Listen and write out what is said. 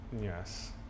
yes